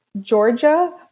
Georgia